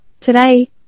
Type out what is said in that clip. today